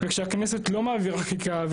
וכשהכנסת לא מעבירה חקיקה,